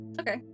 Okay